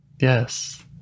Yes